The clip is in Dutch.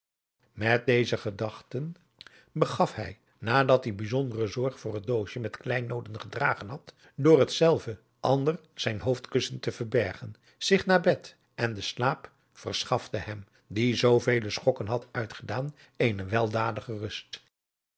met deze gedachten begaf hij nadat hij bijzondere zorge voor het doosje met kleinooden gedragen had door hetzelve ander zijn hoofdkussen te verbergen zich naar bed en de slaap veischafte hem die zoovele schokken had uitgedaan eene weldadige rust